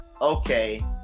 okay